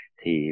thì